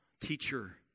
teacher